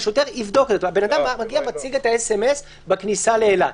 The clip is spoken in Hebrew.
האדם מציג את המסרון בכניסה לאילת.